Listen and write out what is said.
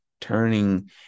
turning